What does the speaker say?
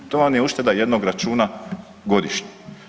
To vam je ušteda jednog računa godišnje.